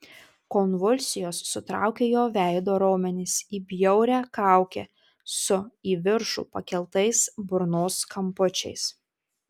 konvulsijos sutraukė jo veido raumenis į bjaurią kaukę su į viršų pakeltais burnos kampučiais